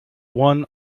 one